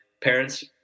parents